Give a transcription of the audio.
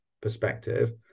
perspective